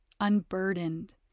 unburdened